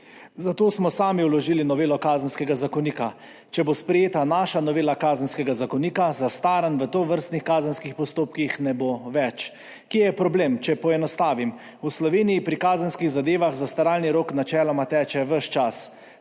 zato smo sami vložili novelo Kazenskega zakonika. Če bo sprejeta naša novela Kazenskega zakonika, zastaranj v tovrstnih kazenskih postopkih ne bo več. Kje je problem? Če poenostavim, v Sloveniji pri kazenskih zadevah zastaralni rok načeloma teče ves čas.